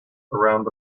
around